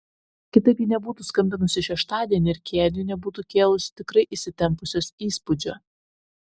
kitaip ji nebūtų skambinusi šeštadienį ir kėniui nebūtų kėlusi tikrai įsitempusios įspūdžio